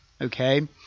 Okay